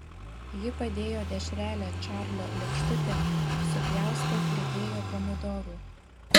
ji padėjo dešrelę čarlio lėkštutėn supjaustė pridėjo pomidorų